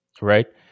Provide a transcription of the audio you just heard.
Right